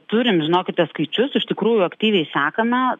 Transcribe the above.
turim žinokite skaičius iš tikrųjų aktyviai sekame